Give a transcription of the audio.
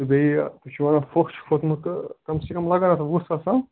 تہٕ بیٚیہِ تُہۍ چھِ وَنان پھۅکھ چھُ کھوٚتمُت تہٕ کَم سے کَم لَگان اَتھ وُہ ساس تام